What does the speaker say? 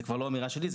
זה כבר לא אמירה שלי,